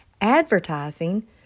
advertising